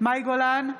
מאי גולן,